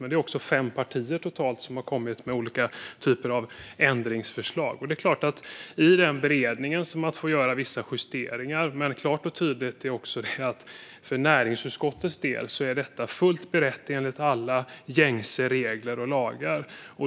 Men det är totalt fem partier som har kommit med olika typer av ändringsförslag. Det är klart att vissa justeringar måste få göras i denna beredning. Men det är också klart och tydligt att detta för näringsutskottets del är fullt berett enligt alla gängse regler och lagar.